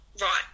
right